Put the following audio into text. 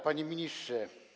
Panie Ministrze!